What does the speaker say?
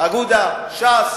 אגודה וש"ס.